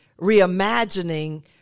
reimagining